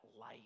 light